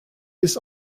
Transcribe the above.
his